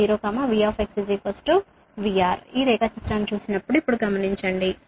X 0 V VR ఈ diagram ని చూసినప్పుడు ఇప్పుడు గమనించండి